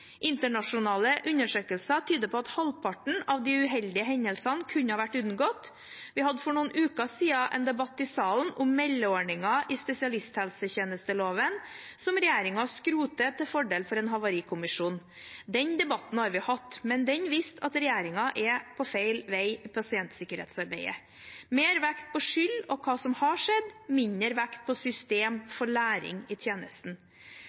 Internasjonale undersøkelser tyder på at halvparten av de uheldige hendelsene kunne ha vært unngått. Vi hadde for noen uker siden en debatt i salen om meldeordningen i spesialisthelsetjenesteloven, som regjeringen skroter til fordel for en havarikommisjon. Den debatten har vi hatt, men den viste at regjeringen er på feil vei i pasientsikkerhetsarbeidet – mer vekt på skyld og hva som har skjedd, mindre vekt på system for læring i tjenesten.